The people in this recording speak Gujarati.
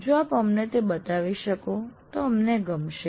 જો આપ અમને તે બતાવી શકો તો અમને ગમશે